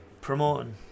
promoting